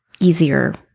easier